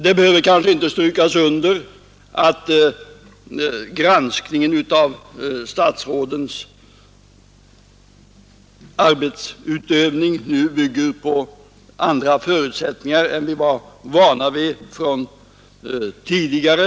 Det behöver kanske inte understrykas att granskningen av statsrådens ämbetsutövning nu bygger på andra förutsättningar än vi varit vana vid tidigare.